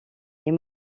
est